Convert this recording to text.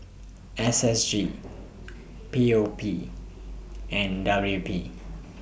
S S G P O P and W P